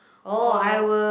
or